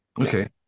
Okay